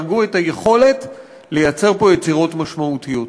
יהרגו את היכולת ליצור פה יצירות משמעותיות.